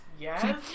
Yes